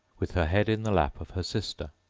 with her head in the lap of her sister,